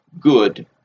good